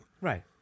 Right